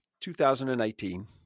2018